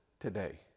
today